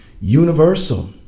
universal